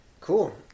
cool